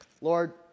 Lord